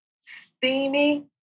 steamy